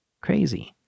Crazy